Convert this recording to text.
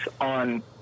on